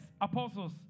apostles